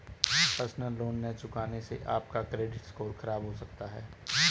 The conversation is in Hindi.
पर्सनल लोन न चुकाने से आप का क्रेडिट स्कोर खराब हो सकता है